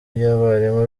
y’abarimu